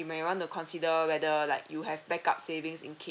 you may want to consider whether like you have backup savings in ca~